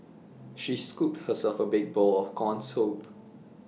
she scooped herself A big bowl of Corn Soup